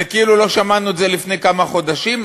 זה כאילו שמענו את זה לפני כמה חודשים,